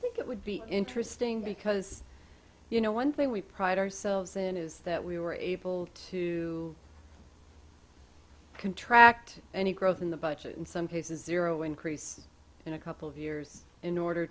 i think it would be interesting because you know one thing we pride ourselves in is that we were able to contract any growth in the budget in some cases zero increase in a couple of years in order